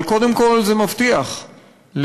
אבל קודם כול זה מבטיח לבעלי-החיים,